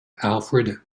alfred